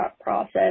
process